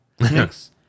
Yes